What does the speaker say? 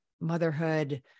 motherhood